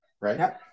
Right